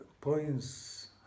points